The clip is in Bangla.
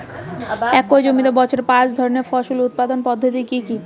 একই জমিতে বছরে পাঁচ ধরনের ফসল উৎপাদন পদ্ধতি কী?